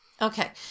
Okay